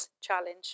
challenge